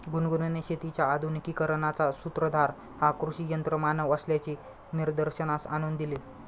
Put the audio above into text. गुनगुनने शेतीच्या आधुनिकीकरणाचा सूत्रधार हा कृषी यंत्रमानव असल्याचे निदर्शनास आणून दिले